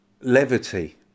levity